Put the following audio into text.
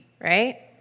right